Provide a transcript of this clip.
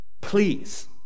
please